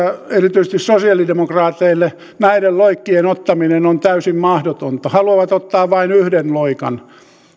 erityisesti sosialidemokraateille näiden loikkien ottaminen on täysin mahdotonta he haluavat ottaa vain yhden loikan